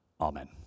Amen